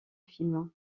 film